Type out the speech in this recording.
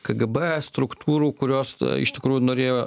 kgb struktūrų kurios iš tikrųjų norėjo